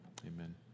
Amen